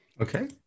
Okay